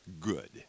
good